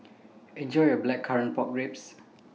Enjoy your Blackcurrant Pork Ribs